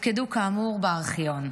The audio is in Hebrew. והופקדו כאמור בארכיון.